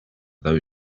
those